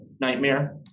Nightmare